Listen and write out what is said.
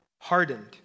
Hardened